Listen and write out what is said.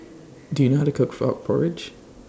Do YOU know How to Cook Frog Porridge